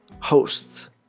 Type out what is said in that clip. hosts